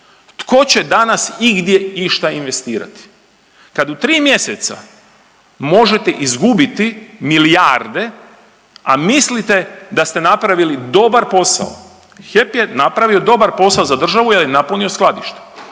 Tko će danas igdje išta investirati kad u 3 mjeseca možete izgubiti milijarde, a mislite da ste napravili dobar posao, HEP je napravio dobar posao za državu jel je napunio skladišta,